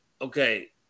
okay